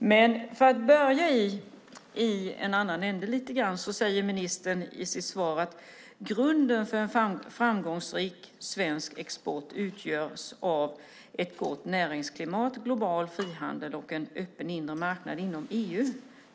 Men jag ska börja lite grann i en annan ände. Ministern säger i sitt svar att grunden för en framgångsrik svensk export utgörs av ett gott näringsklimat, global frihandel och en öppen inre marknad inom EU.